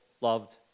loved